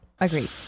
agreed